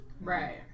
Right